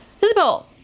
Isabel